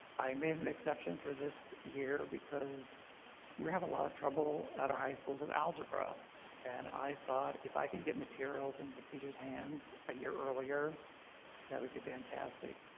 i made an exception for this year because we're having a lot of trouble at our high schools of algebra and i thought if i can get materials and the teachers hands a year earlier that would be fantastic.